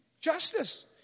Justice